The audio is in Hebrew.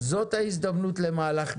זאת ההזדמנות למהלך גדול.